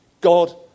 God